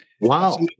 Wow